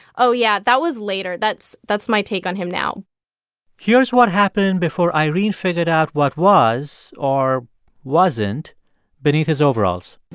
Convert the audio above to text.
oh, yeah. that was later. that's that's my take on him now here's what happened before irene figured out what was or wasn't beneath his overalls